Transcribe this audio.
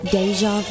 Deja